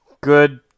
Good